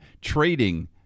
trading